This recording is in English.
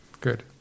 Good